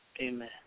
amen